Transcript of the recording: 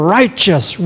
righteous